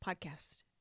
Podcast